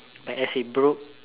but as it broke